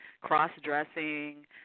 cross-dressing